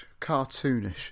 cartoonish